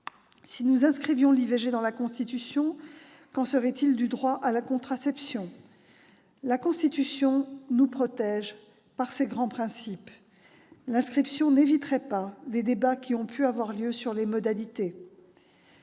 Si nous inscrivions celle-ci dans la Constitution, qu'en serait-il du droit à la contraception ? La Constitution nous protège par ses grands principes. Cette inscription n'éviterait pas les débats qui ont pu avoir lieu sur les modalités.